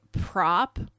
prop